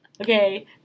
okay